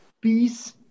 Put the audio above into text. Peace